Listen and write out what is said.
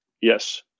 Yes